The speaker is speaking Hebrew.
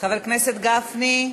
חבר הכנסת גפני.